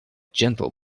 gentle